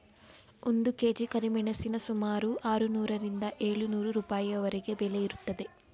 ಒಂದು ಕೆ.ಜಿ ಕರಿಮೆಣಸಿನ ಸುಮಾರು ಆರುನೂರರಿಂದ ಏಳು ನೂರು ರೂಪಾಯಿವರೆಗೆ ಬೆಲೆ ಇರುತ್ತದೆ